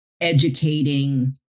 educating